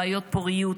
בעיות פוריות,